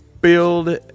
build